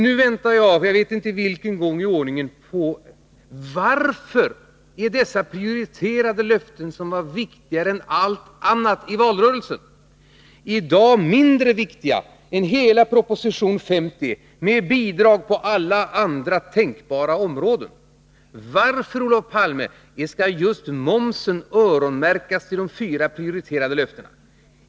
Nu väntar jag, för jag vet inte vilken gång i ordningen, på svar på frågan varför dessa prioriterade löften, som i valrörelsen var viktigare än allt annat, i dag är mindre viktiga än hela proposition 50, med bidrag på alla tänkbara områden. Varför, Olof Palme, skall just momshöjningen öronmärkas för de fyra prioriterade löftena?